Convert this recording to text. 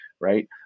right